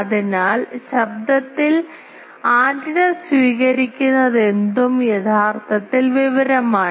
അതിനാൽ ശബ്ദത്തിൽ ആന്റിന സ്വീകരിക്കുന്നതെന്തും യഥാർത്ഥത്തിൽ വിവരമാണ്